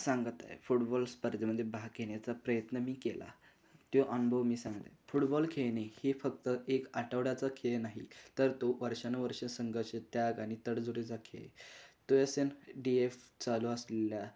सांगत आहे फुटबॉल स्पर्धेमध्ये भाग घेण्याचा प्रयत्न मी केला तो अनुभव मी सांगेन फुटबॉल खेळणे हे फक्त एक आठवड्याचा खेळ नाही तर तो वर्षानुवर्षं संघर्ष त्याग आणि तडजोडीचा खेळ तो यस एन डी एफ चालू असलेला